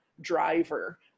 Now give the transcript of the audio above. driver